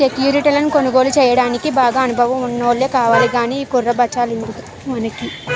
సెక్యురిటీలను కొనుగోలు చెయ్యడానికి బాగా అనుభవం ఉన్నోల్లే కావాలి గానీ ఈ కుర్ర బచ్చాలెందుకురా మనకి